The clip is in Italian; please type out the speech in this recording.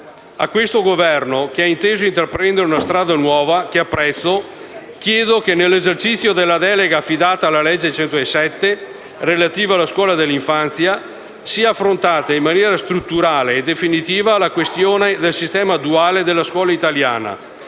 A questo Governo che ha inteso intraprendere una strada nuova, che apprezzo, chiedo che nell'esercizio della delega affidata dalla legge n. 107, relativa alla scuola dell'infanzia, sia affrontata in maniera strutturale e definitiva la questione del sistema duale della scuola italiana